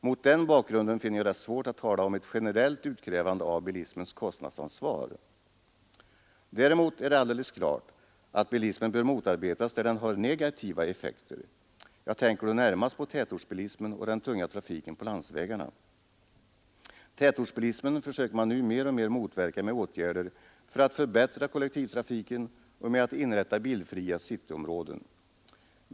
Mot den bakgrunden finner jag det svårt att tala om ett generellt utkrävande av bilismens kostnadsansvar. Däremot är det alldeles klart att bilismen bör motarbetas där den har negativa effekter. Jag tänker då närmast på tätortsbilismen och den tunga trafiken på landsvägarna. Tätortsbilismen försöker man nu mer och mer motverka med åtgärder för att förbättra kollektivtrafiken och genom att inrätta bilfria cityområden.